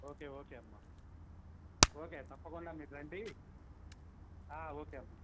okay okay అమ్మా okay తప్పకుండా మీరు రండి ఓకే అమ్మా